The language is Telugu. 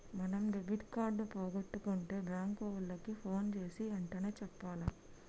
మనం డెబిట్ కార్డు పోగొట్టుకుంటే బాంకు ఓళ్ళకి పోన్ జేసీ ఎంటనే చెప్పాల